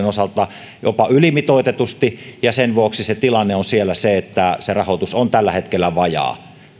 osalta jopa ylimitoitetusti ja sen vuoksi tilanne on siellä se että se rahoitus on tällä hetkellä vajaa siitä